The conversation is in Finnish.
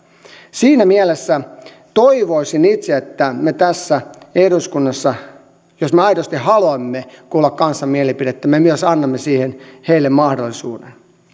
siinä mielessä toivoisin itse että jos me tässä eduskunnassa aidosti haluamme kuulla kansan mielipidettä me myös annamme siihen heille mahdollisuuden